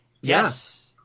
Yes